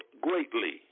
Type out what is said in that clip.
greatly